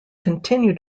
continue